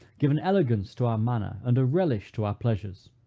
give an elegance to our manner, and a relish to our pleasures.